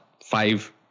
five